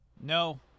No